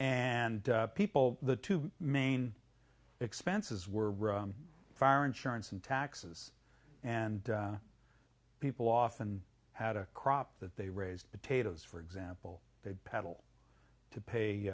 and people the two main expenses were fire insurance and taxes and people often had a crop that they raised potatoes for example they peddle to pay